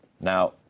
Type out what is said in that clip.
Now